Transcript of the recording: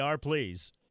please